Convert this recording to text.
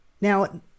Now